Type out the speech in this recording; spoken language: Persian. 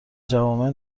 جوامع